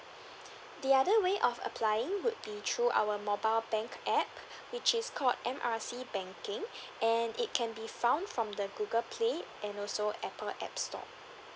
the other way of applying would be through our mobile bank app which is called M R C banking and it can be found from the google play and also apple app store